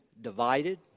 divided